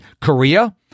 Korea